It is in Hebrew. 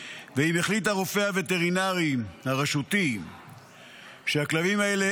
ואם החליט הרופא הווטרינרי הרשותי שהכלבים האלה